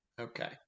okay